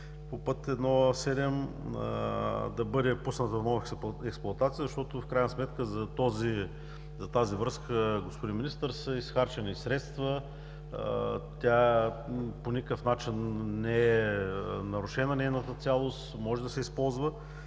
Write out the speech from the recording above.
по път I-7, да бъде пусната в експлоатация, защото в крайна сметка за тази връзка, господин Министър, са изхарчени средства, по никакъв начин не е нарушена нейната цялост, може да се използва?